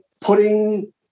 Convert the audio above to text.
putting